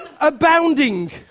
abounding